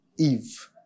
Eve